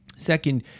second